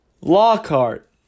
Lockhart